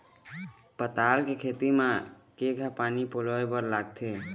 पताल के खेती म केघा पानी पलोए बर लागथे?